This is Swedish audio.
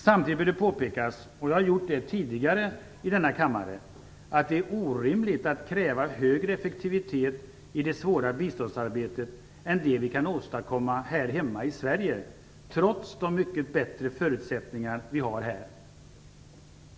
Samtidigt bör det påpekas - och jag har gjort det tidigare i denna kammare - att det är orimligt att kräva högre effektivitet i det svåra biståndsarbetet än det vi kan åstadkomma här hemma i Sverige trots de mycket bättre förutsättningar vi har här.